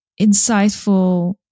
insightful